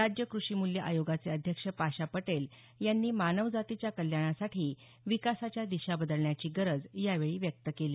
राज्य कृषी मूल्य आयोगाचे अध्यक्ष पाशा पटेल यांनी मानव जातीच्या कल्याणासाठी विकासाच्या दिशा बदलण्याची गरज यावेळी व्यक्त केली